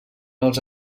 els